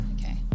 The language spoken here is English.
Okay